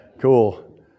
Cool